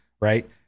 right